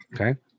Okay